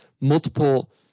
multiple